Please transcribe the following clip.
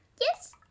Yes